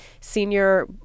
senior